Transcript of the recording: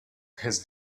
his